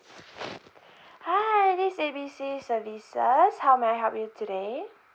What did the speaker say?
hi this is A B C services how may I help you today